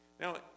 Now